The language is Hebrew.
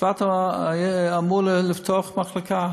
בצפת אמורים לפתוח מחלקה